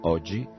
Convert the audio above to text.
Oggi